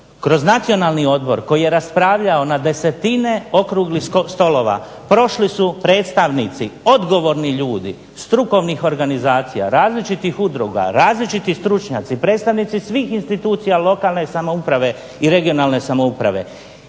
Kroz nacionalni odbor koji je raspravljao na 10-tine okruglih stolova prošli su predstavnici, odgovorni ljudi, strukovnih organizacija, različitih udruga, različiti stručnjaci, predstavnici svih institucija lokalne i regionalne samouprave,